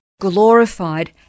glorified